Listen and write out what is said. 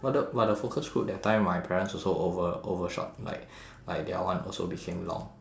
but the but the focus group that time my parents also over~ overshot like like their one also became long